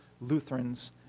Lutherans